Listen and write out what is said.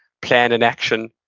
plan an action,